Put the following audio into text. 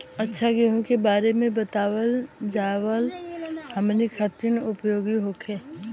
अच्छा गेहूँ के बारे में बतावल जाजवन हमनी ख़ातिर उपयोगी होखे?